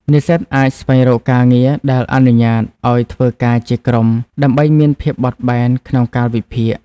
និស្សិតអាចស្វែងរកការងារដែលអនុញ្ញាតឲ្យធ្វើការជាក្រុម ដើម្បីមានភាពបត់បែនក្នុងកាលវិភាគ។